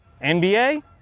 NBA